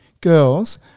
girls